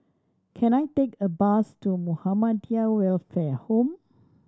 can I take a bus to Muhammadiyah Welfare Home